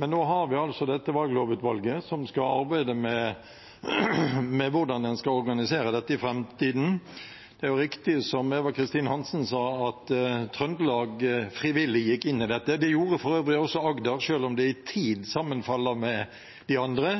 men nå skal altså valglovutvalget arbeide med hvordan en skal organisere dette i framtiden. Det er riktig, som Eva Kristin Hansen sa, at Trøndelag gikk inn i dette frivillig. Det gjorde for øvrig også Agder, selv om det i tid sammenfaller med de andre.